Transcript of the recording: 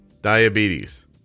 diabetes